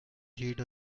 sheet